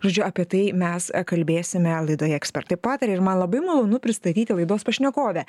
žodžiu apie tai mes kalbėsime laidoje ekspertai pataria ir man labai malonu pristatyti laidos pašnekovę